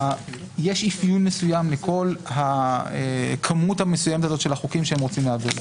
יש אפיון מסוים לכל הכמות המסוימת הזאת של חוקים שהם רוצים להעביר,